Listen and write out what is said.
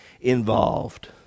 involved